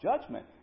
judgment